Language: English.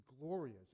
glorious